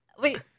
wait